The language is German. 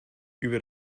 über